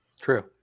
True